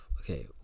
okay